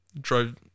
Drove